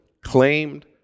claimed